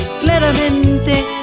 claramente